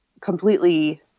completely